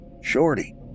Shorty